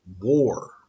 war